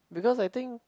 because I think